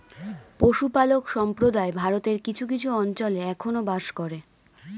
পশুপালক সম্প্রদায় ভারতের কিছু কিছু অঞ্চলে এখনো বাস করে